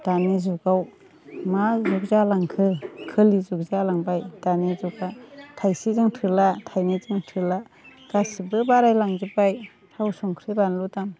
दानि जुगाव मा जुग जालांखो खोलि जुग जालांबाय दानि जुगा थाइसेजों थोला थाइनैजों थोला गासिबो बाराय लांजोबबाय थाव संख्रि बानलु दाम